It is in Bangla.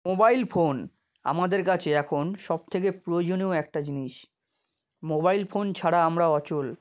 মোবাইল ফোন আমাদের কাছে এখন সব থেকে প্রয়োজনীয় একটা জিনিস মোবাইল ফোন ছাড়া আমরা অচল